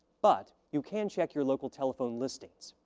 but you can check your local telephone listings.